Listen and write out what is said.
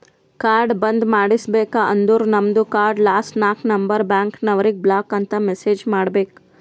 card ಬಂದ್ ಮಾಡುಸ್ಬೇಕ ಅಂದುರ್ ನಮ್ದು ಕಾರ್ಡ್ ಲಾಸ್ಟ್ ನಾಕ್ ನಂಬರ್ ಬ್ಯಾಂಕ್ನವರಿಗ್ ಬ್ಲಾಕ್ ಅಂತ್ ಮೆಸೇಜ್ ಮಾಡ್ಬೇಕ್